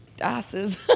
asses